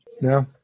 no